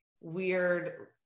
weird